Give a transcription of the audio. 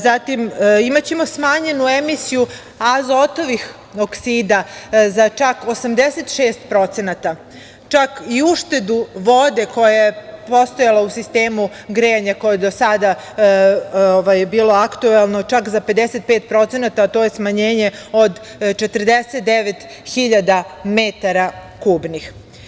Zatim, imaćemo smanjenu emisiju azotovih oksida za čak 86%, čak i uštedu vode koja je postojala u sistemu grejanja koje je do sada bilo aktuelno čak za 55%, a to je smanjenje od 49.000 metara kubnih.